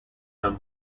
known